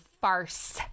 farce